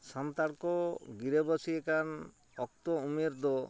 ᱥᱟᱱᱛᱟᱲ ᱠᱚ ᱜᱤᱨᱟᱹᱵᱟᱹᱥᱤᱭᱟᱠᱟᱱ ᱚᱠᱛᱚ ᱩᱢᱮᱨ ᱫᱚ